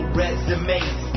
resumes